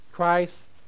Christ